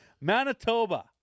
Manitoba